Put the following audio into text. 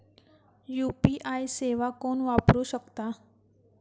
UPI सेवा कोण वापरू शकता?